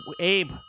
Abe